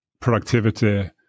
productivity